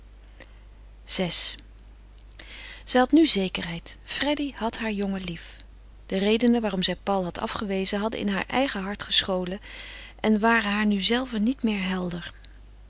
zij had nu zekerheid freddy had haar jongen lief de redenen waarom zij paul had afgewezen hadden in heur eigen hart gescholen en waren haar nu zelve niet meer helder